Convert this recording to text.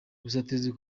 ubusatirizi